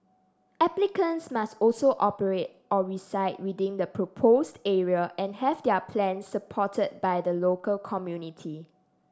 applicants must also operate or reside within the proposed area and have their plans supported by the local community